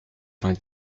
vingt